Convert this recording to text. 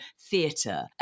theatre